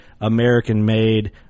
American-made